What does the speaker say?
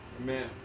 Amen